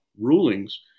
rulings